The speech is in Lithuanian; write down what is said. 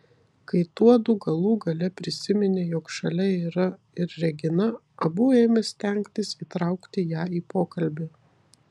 kai tuodu galų gale prisiminė jog šalia yra ir regina abu ėmė stengtis įtraukti ją į pokalbį